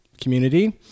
community